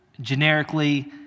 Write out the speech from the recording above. generically